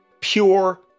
pure